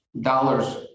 Dollars